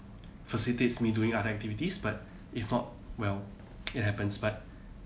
facilitates me doing other activities but if not well it happens but